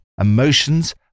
emotions